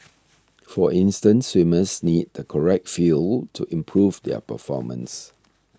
for instance swimmers need the correct fuel to improve their performance